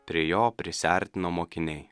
prie jo prisiartino mokiniai